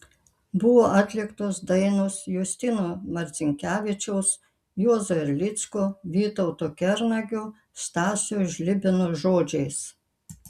buvo atliktos dainos justino marcinkevičiaus juozo erlicko vytauto kernagio stasio žlibino žodžiais